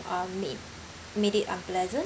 uh made made it unpleasant